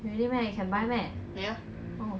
really meh can buy meh oh